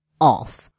off